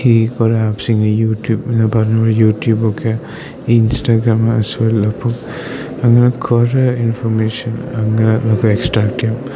ഈ കുറെ ആപ്പ്സ് ഇങ്ങനെ യൂട്യൂബ് ഇങ്ങനെ പറഞ്ഞപോലെ യൂട്യൂബൊക്കെ ഈ ഇൻസ്റ്റാഗ്രാംസ്കളിലപ്പം അങ്ങനെ കുറെ ഇൻഫർമേഷൻ അങ്ങനെ നമുക്ക് എക്സ്ട്രാക്റ്റ് ചെയ്യാം